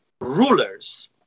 rulers